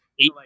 eight